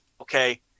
Okay